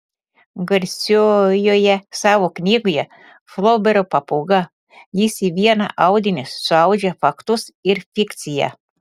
garsiojoje savo knygoje flobero papūga jis į vieną audinį suaudžia faktus ir fikciją